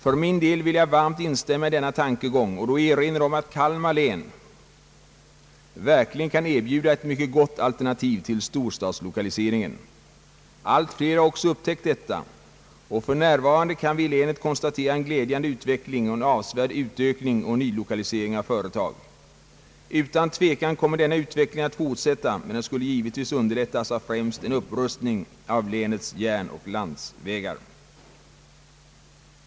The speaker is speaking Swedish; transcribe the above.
För min del vill jag varmt instämma i denna tankegång och då erinra om att Kalmar län verkligen kan erbjuda ett mycket gott alternativ till storstadslokaliseringen. Allt fler har också upptäckt detta, och för närvarande kan vi i länet konstatera en glädjande utveckling med en avsevärd utökning och nylokalisering av företag. Utan tvekan kommer denna utveckling att fortsätta, men den skulle givetvis underlättas av främst en upprustning av länets järnvägar och landsvägar.